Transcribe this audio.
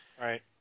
Right